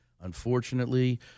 unfortunately